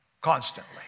constantly